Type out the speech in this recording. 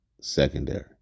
secondary